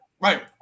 Right